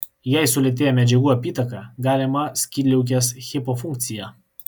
jei sulėtėja medžiagų apytaka galima skydliaukės hipofunkcija